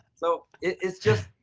so it's just,